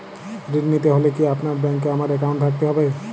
ঋণ নিতে হলে কি আপনার ব্যাংক এ আমার অ্যাকাউন্ট থাকতে হবে?